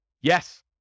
Yes